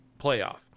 playoff